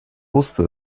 wusste